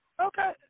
Okay